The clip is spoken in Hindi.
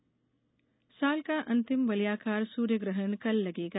सूर्य ग्रहण साल का अंतिम वल्याकार सूर्य ग्रहण कल लगेगा